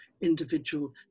individual